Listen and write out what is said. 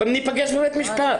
ניפגש בבית המשפט.